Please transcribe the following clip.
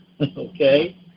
Okay